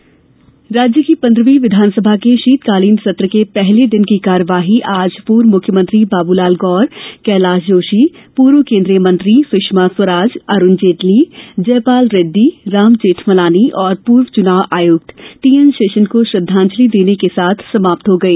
विधानसभा सत्र् राज्य की पंद्रहवीं विधानसभा का शीतकालीन सत्र के पहले दिन आज पूर्व मुख्यमंत्री बाबूलाल गौर कैलाश जोशी पूर्व केन्द्रीय मंत्री सुषमा स्वराज अरूण जेटली जयपाल रेड़डी रामजेठ मलानी और पूर्व चुनाव आयुक्त टीएन शेषन को श्रद्धांजलि देने के साथ समाप्त हो गई